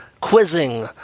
quizzing